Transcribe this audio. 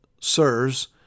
Sirs